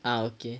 ah okay